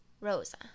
rosa